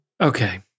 Okay